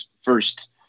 first